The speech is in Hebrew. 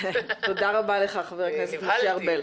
תודה רבה לך חבר הכנסת משה ארבל.